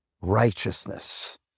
righteousness